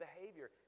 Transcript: behavior